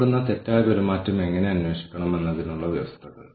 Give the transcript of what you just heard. ഒരു പ്രത്യേക അളവിലുള്ള വിടവിനെ സംബന്ധിച്ച് ഒരു വിടവ് വിശകലനം നടത്തുക